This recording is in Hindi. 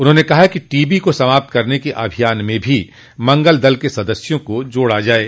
उन्होंने कहा कि टीबी को समाप्त करने के अभियान में भी मंगल दल के सदस्यों को जोड़ा जाये